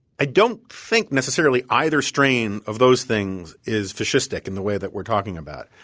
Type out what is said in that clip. i don't think necessarily either strain of those things is fascistic in the way that we're talking about.